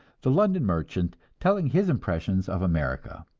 the london merchant, telling his impressions of america.